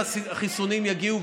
החיסונים יגיעו,